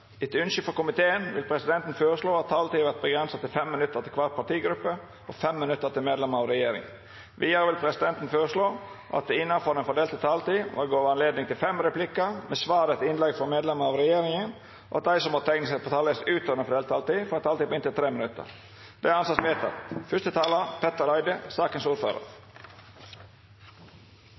Etter ønske fra arbeids- og sosialkomiteen vil presidenten foreslå at taletiden blir begrenset til 5 minutter til hver partigruppe og 5 minutter til medlemmer av regjeringen. Videre vil presidenten foreslå at det – innenfor den fordelte taletid – blir gitt anledning til fem replikker med svar etter innlegg fra medlemmer av regjeringen, og at de som måtte tegne seg på talerlisten utover den fordelte taletid, får en taletid på inntil 3 minutter. – Det anses vedtatt.